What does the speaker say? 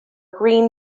green